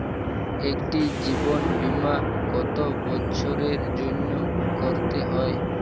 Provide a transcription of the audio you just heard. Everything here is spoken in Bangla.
একটি জীবন বীমা কত বছরের জন্য করতে হয়?